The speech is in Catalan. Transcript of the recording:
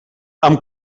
amb